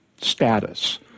status